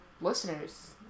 listeners